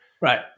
Right